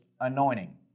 anointing